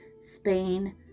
Spain